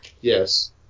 Yes